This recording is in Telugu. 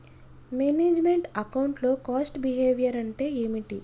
మేనేజ్ మెంట్ అకౌంట్ లో కాస్ట్ బిహేవియర్ అంటే ఏమిటి?